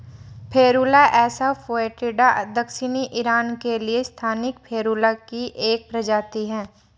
Ferula assa foetida दक्षिणी Iran के लिए स्थानिक फेरुला की एक प्रजाति है